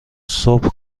صبح